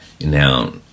now